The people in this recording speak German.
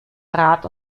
rat